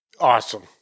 Awesome